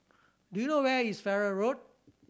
do you know where is Farrer Road